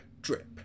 drip